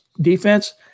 defense